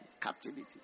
captivity